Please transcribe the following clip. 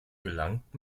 gelangt